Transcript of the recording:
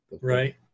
right